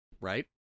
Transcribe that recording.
Right